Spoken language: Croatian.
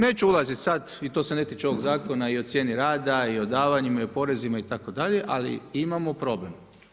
Neću ulaziti sada i to se ne tiče ovoga zakona, i o cijeni rada, i o davanjima, i o porezima, itd. ali imamo problem.